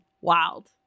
wild